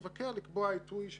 למבוקר, מקבלים ממנו את ההתייחסות,